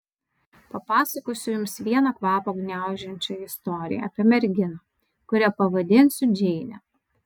papasakosiu jums vieną kvapą gniaužiančią istoriją apie merginą kurią pavadinsiu džeine